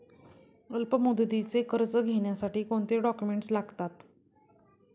अल्पमुदतीचे कर्ज घेण्यासाठी कोणते डॉक्युमेंट्स लागतात?